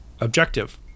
objective